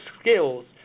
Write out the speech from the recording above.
skills